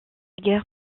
guerre